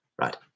right